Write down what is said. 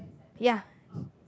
ya